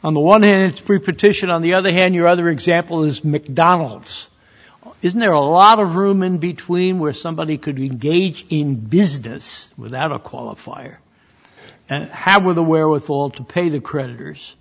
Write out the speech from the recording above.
on the one hand it's pre partition on the other hand your other example is mcdonald's isn't there a lot of room in between where somebody could be gauged in business without a qualifier and how would the wherewithal to pay the creditors